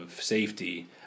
safety